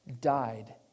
died